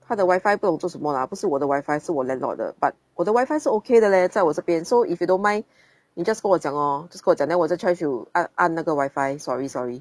他的 WiFi 不懂做什么 ah 不是我的 WiFi 是我 landlord 的 but 我的 WiFi 是 okay 的 leh 在我这边 so if you don't mind 你 just 跟我讲 lor just 跟我讲 then 我再 try to 按按那个 WiFi sorry sorry